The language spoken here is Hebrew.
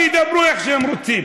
שידברו איך שהם רוצים.